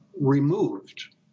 removed